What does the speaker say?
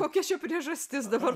kokia čia priežastis dabar